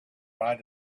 bye